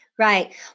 Right